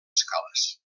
escales